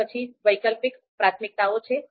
તે પછી વૈકલ્પિક પ્રાથમિકતાઓ છે